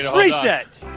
reset.